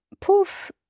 poof